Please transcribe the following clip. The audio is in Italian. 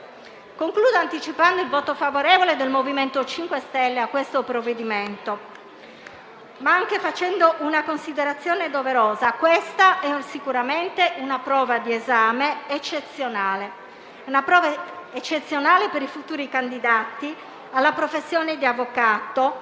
anticipando il voto favorevole del MoVimento 5 Stelle a questo provvedimento, ma anche facendo una considerazione doverosa. Questa è sicuramente una prova di esame eccezionale per i futuri candidati alla professione di avvocato,